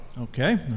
Okay